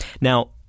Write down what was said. Now